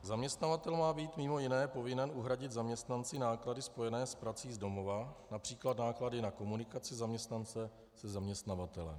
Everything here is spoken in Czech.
Zaměstnavatel má být mimo jiné povinen uhradit zaměstnanci náklady spojené s prací z domova, např. náklady na komunikaci zaměstnance se zaměstnavatelem.